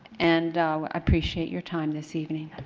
and i appreciate your time this evening.